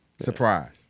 Surprise